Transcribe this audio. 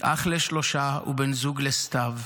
אח לשלושה ובן זוג לסתיו.